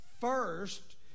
first